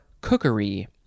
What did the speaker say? cookery